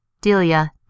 Delia